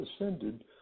ascended